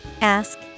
Ask